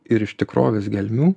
ir iš tikrovės gelmių